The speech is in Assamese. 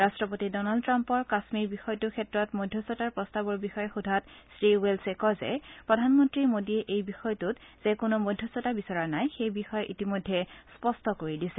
ৰাট্টপতি ডনাল্ড ট্ৰাম্পৰ কাশ্মীৰ বিষয়টো ক্ষেত্ৰত মধ্যস্থতাৰ প্ৰস্তাৱৰ বিষয়ে সোধাত শ্ৰীৱেলছে কয় যে প্ৰধানমন্ত্ৰী মোডীয়ে এই বিষয়টোত যে কোনো মধ্যস্থতা বিচৰা নাই সেই বিষয়ে ইতিমধ্যে স্পষ্ট কৰি দিছে